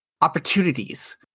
Opportunities